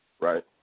Right